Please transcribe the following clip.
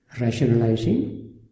rationalizing